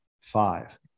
five